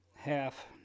half